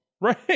right